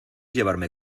llevarme